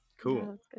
cool